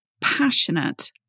passionate